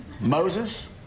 Moses